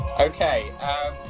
Okay